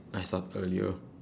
I started earlier